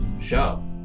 show